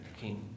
king